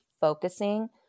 focusing